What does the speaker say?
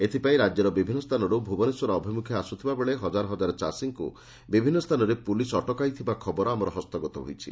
ଏଥିପାଇଁ ରାକ୍ୟର ବିଭିନ୍ନ ସ୍ଚାନରୁ ଭୁବନେଶ୍ୱର ଅଭିମୁଖେ ଆସୁଥିବା ବେଳେ ହକାର ହକାର ଚାଷୀଙ୍କୁ ବିଭିନ୍ନ ସ୍ସାନରେ ପୋଲିସ ଅଟକାଇଥିବା ଖବର ଆମର ହସ୍ତଗତ ହୋଇଛି